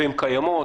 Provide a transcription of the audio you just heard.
והן קיימות.